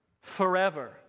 forever